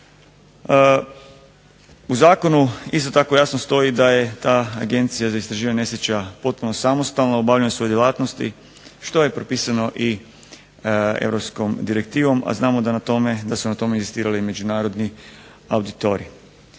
U zakonu isto tako jasno stoji da je ta Agencija za istraživanje nesreća potpuno samostalna u obavljanju svojih djelatnosti što je propisano i europskom direktivom, a znamo da su na tom inzistirali međunarodni auditorij.